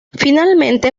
finalmente